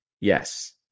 Yes